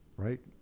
right?